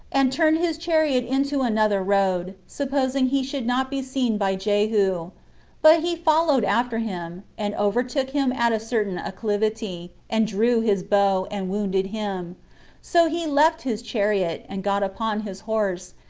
and turned his chariot into another road, supposing he should not be seen by jehu but he followed after him, and overtook him at a certain acclivity, and drew his bow, and wounded him so he left his chariot, and got upon his horse,